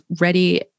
ready